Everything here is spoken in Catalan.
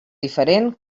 diferent